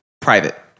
private